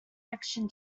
action